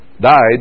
died